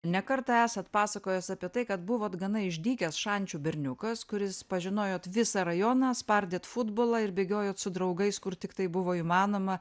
ne kartą esat pasakojęs apie tai kad buvot gana išdykęs šančių berniukas kuris pažinojot visą rajoną spardėt futbolą ir bėgiojot su draugais kur tiktai buvo įmanoma